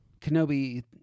Kenobi